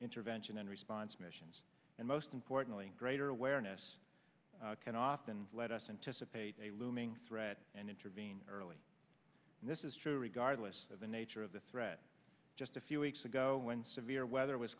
intervention and response missions and most importantly greater awareness can often lead us in to support a looming threat and intervene early this is true regardless of the nature of the threat just a few weeks ago when severe weather was